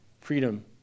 freedom